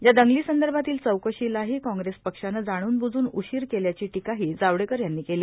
या दंगलींसंदर्भातील चौकशीलाही काँग्रेस पक्षानं जाणूनबूजून उशिर केल्याची दीकाही जावडेकर यांनी केली